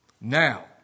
now